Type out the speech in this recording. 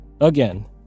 Again